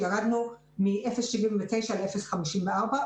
ירדנו מ-0.79 ל-0.54.